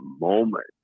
moment